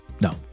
No